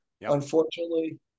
Unfortunately